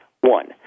One